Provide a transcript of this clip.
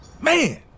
man